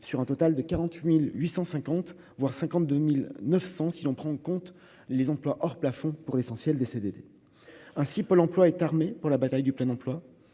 sur un total de 48850 voire 52900 si l'on prend en compte les emplois hors plafond pour l'essentiel des CDD ainsi Pôle emploi est armés pour la bataille du plein emploi